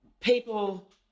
people